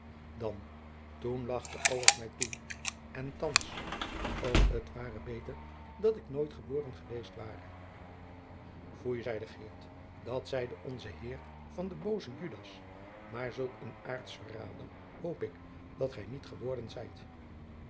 dan toen lagchte alles mij toe en thands o t ware beter dat ik nooit geboren geweest ware foei zeide geert dat zeide onze heer van den boozen judas maar zulk een aartsverrader hoop ik dat gij niet geworden zijt